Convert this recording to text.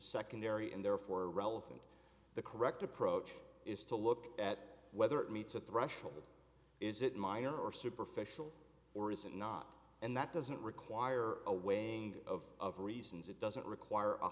secondary and therefore relevant the correct approach is to look at whether it meets a threshold or is it minor or superficial or is it not and that doesn't require a weighing of of reasons it doesn't require a